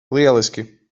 lieliski